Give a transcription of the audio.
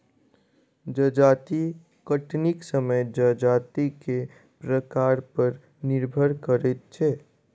जजाति कटनीक समय जजाति के प्रकार पर निर्भर करैत छै